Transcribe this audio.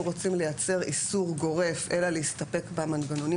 רוצים לייצר איסור גורף אלא להסתפק במנגנונים